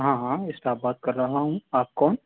ہاں ہاں اسٹاف بات کر رہا ہوں آپ کون